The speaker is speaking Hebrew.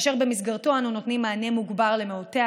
ובמסגרתו אנו נותנים מענה מוגבר למעוטי